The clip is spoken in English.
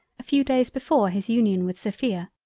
a few days before his union with sophia.